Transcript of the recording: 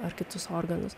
ar kitus organus